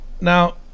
Now